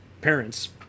parents